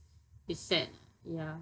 is sad lah ya